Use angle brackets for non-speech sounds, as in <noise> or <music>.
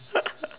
<laughs>